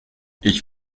ich